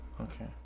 Okay